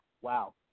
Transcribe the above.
Wow